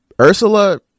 Ursula